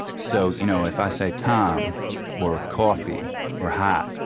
so you know if i say tom or coffee or hat,